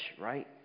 right